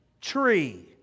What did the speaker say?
tree